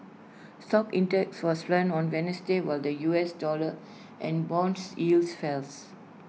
stock index was flat on Wednesday while the U S dollar and bonds yields fells